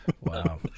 wow